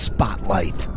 Spotlight